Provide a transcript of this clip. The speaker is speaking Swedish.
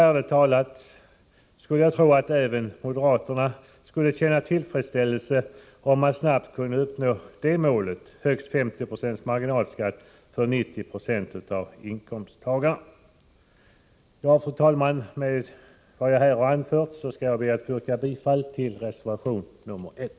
Ärligt talat skulle jag tro att även moderaterna skulle känna tillfredsställelse om man snabbt kunde nå det målet — högst 50 96 marginalskatt för 90 96 av inkomsttagarna. Fru talman! Med vad jag här har anfört ber jag att få yrka bifall till reservation nr 1.